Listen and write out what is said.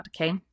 Okay